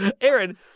Aaron